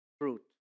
fruit